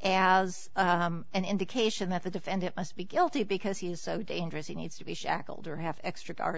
and as an indication that the defendant must be guilty because he is so dangerous he needs to be shackled or have extra guards